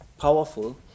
powerful